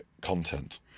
content